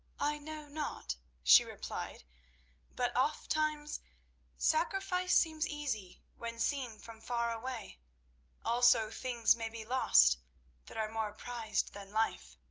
i know not, she replied but oft-times sacrifice seems easy when seen from far away also, things may be lost that are more prized than life.